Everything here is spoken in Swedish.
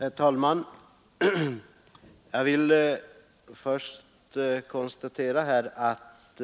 Herr talman! Jag vill först konstatera att